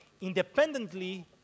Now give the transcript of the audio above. independently